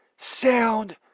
sound